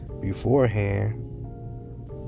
beforehand